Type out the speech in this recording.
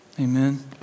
Amen